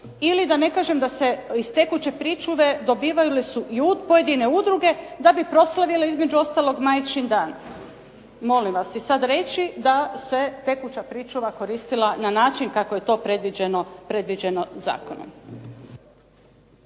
Ili da ne kažem da iz tekuće pričuve dobivale su i pojedine udruge da bi proslavile između ostalog Majčin dan. Molim vas, i sad reći da se tekuća pričuva koristila na način kako je to predviđeno zakonom.